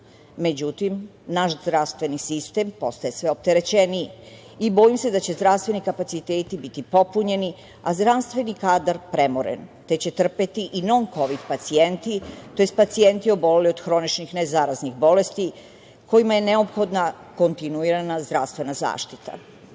Međutim, naš zdravstveni sistem postaje sve opterećeniji i bojim se da će zdravstveni kapaciteti biti popunjeni, a zdravstveni kadar premoren, te će trpeti i non-kovid pacijenti, tj. pacijenti oboleli od hroničnih ne zaraznih bolesti kojim je neophodna kontinuirana zdravstvena zaštita. Do